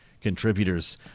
contributors